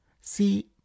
See